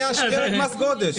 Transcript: תסביר את מס גודש.